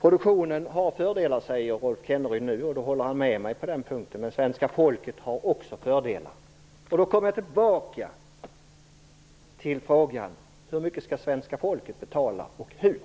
Rolf Kenneryd säger nu att produktionen får fördelar - han håller med mig på den punkten - och att också svenska folket får fördelar. Då kommer jag tillbaka till frågan: Hur mycket skall svenska folket betala, och hur?